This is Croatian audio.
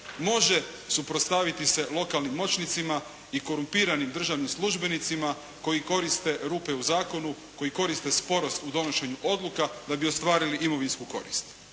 može suprotstaviti se lokalnim moćnicima i korumpiranim državnim službenicima koji koriste rupe u zakonu, koji koriste sporost u donošenju odluka da bi ostvarili imovinsku korist.